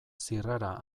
zirrara